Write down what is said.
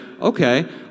okay